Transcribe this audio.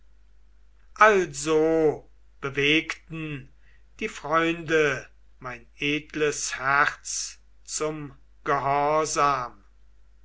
also bewegten die freunde mein edles herz zum